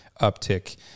uptick